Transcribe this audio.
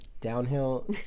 downhill